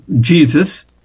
jesus